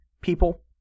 people